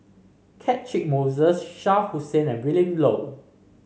Catchick Moses Shah Hussain and Willin Low